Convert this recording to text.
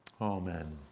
Amen